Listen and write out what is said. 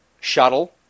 shuttle